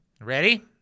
Ready